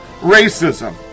racism